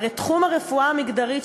הרי תחום הרפואה המגדרית,